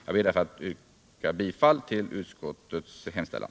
Jag vill, herr talman, yrka bifall till utskottets hemställan.